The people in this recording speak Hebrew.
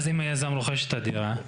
היזם רוכש את הדירה,